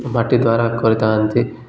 ମାଟି ଦ୍ୱାରା କରିଥାନ୍ତି